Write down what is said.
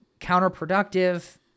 counterproductive